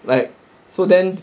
like so then